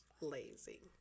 lazy